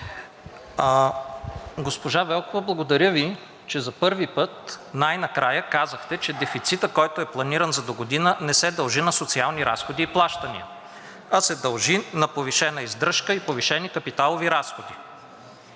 Госпожо Велкова, благодаря Ви, че за първи път най-накрая казахте, че дефицитът, който е планиран за догодина, не се дължи на социални разходи и плащания, а се дължи на повишена издръжка и повишени капиталови разходи.